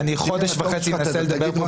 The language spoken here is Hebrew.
חודש וחצי אני מנסה להגיד מנסה להגיד משהו